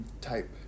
type